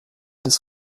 des